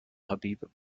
habib